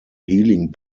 healing